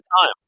time